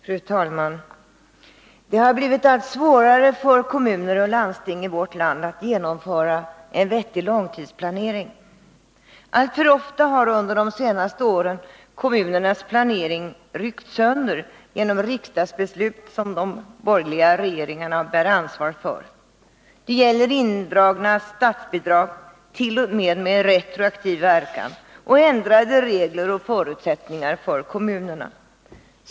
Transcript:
Fru talman! Det har blivit allt svårare för kommuner och landsting i vårt land att genomföra en vettig långtidsplanering. Alltför ofta har under de senaste åren kommunernas planering ryckts sönder genom riksdagsbeslut som de borgerliga regeringarna bär ansvar för. Det gäller indragning av statsbidrag, t.o.m. med retroaktiv verkan, och ändrade regler och förutsättningar för kommunerna.